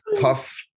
tough